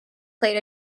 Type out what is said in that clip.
played